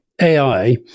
AI